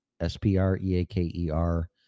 S-P-R-E-A-K-E-R